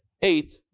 eight